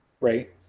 Right